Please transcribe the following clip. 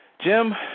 Jim